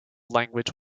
language